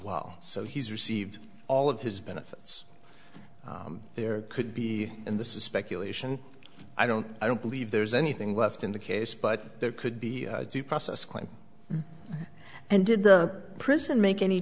well so he's received all of his benefits there could be and this is speculation i don't i don't believe there's anything left in the case but there could be due process claim and did the prison make any